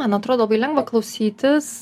man atrodo labai lengva klausytis